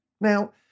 Now